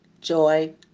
joy